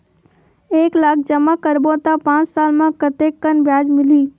एक लाख जमा करबो त पांच साल म कतेकन ब्याज मिलही?